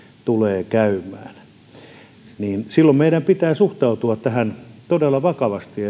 tulee käymään silloin meidän pitää suhtautua todella vakavasti